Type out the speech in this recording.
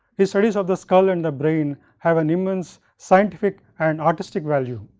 his studies of the skull and the brain have an immense scientific and artistic value.